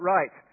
Right